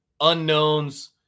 unknowns